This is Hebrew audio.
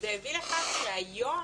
זה הביא לכך שהיום